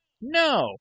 No